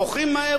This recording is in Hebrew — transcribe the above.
מוכרים מהר,